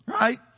Right